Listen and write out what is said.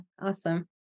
Awesome